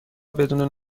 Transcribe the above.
بدون